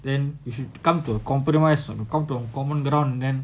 then you should come to a compromise come to a common ground and then